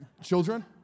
children